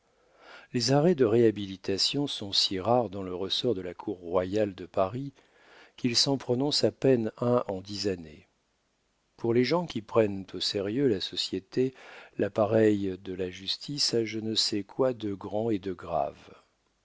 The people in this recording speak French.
les arrêts de réhabilitation sont si rares dans le ressort de la cour royale de paris qu'il s'en prononce à peine un en dix années pour les gens qui prennent au sérieux la société l'appareil de la justice a je ne sais quoi de grand et de grave